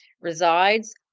resides